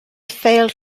failed